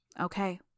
Okay